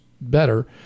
better